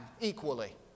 equally